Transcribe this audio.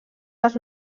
els